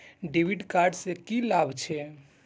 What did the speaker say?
डेविट कार्ड से की लाभ छै?